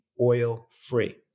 oil-free